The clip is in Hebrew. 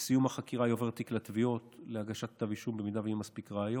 בסיום החקירה יועבר תיק לתביעות להגשת כתב אישום אם יהיו מספיק ראיות,